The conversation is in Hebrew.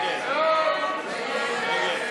סעיף תקציבי 40,